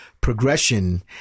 progression